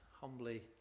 humbly